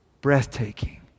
Breathtaking